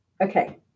Okay